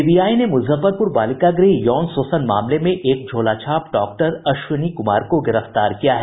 CBI ने मुजफ्फरपुर बालिका गृह यौन शोषण मामले में एक झोलाछाप डॉक्टर अश्विनी कुमार को गिरफ्तार किया है